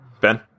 Ben